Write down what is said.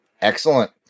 Excellent